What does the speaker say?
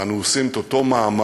ואנו עושים את אותו מאמץ,